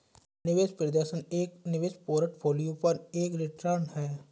निवेश प्रदर्शन एक निवेश पोर्टफोलियो पर एक रिटर्न है